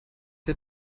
der